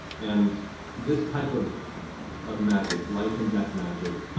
and this type of of magic, life and death magic,